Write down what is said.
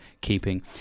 keeping